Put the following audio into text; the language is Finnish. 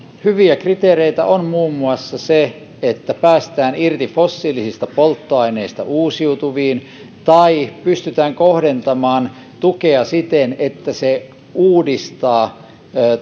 hyviä kriteereitä ovat muun muassa se että päästään fossiilisista polttoaineista uusiutuviin ja se että pystytään kohdentamaan tukea siten että se uudistaa